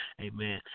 Amen